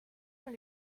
sont